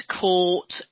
court